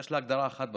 יש לה הגדרה אחת בצבא: